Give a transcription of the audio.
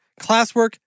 classwork